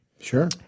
sure